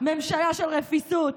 ממשלה של רפיסות.